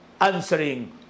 answering